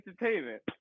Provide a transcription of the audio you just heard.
Entertainment